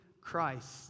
Christ